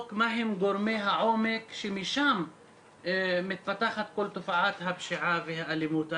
מה הם גורמי העומק שמשם מתפתחת כל תופעת הפשיעה והאלימות.